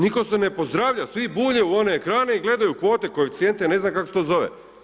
Nitko se ne pozdravlja, svi bulje u one ekrane i gledaju u kvote, koeficijente, ne znam kako se to zove.